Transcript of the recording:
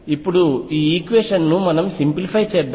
ఇప్పుడు ఈక్వేషన్ ను సరళీకృతం చేద్దాం